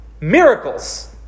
miracles